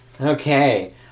Okay